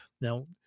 Now